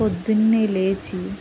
పొద్దున్నే లేచి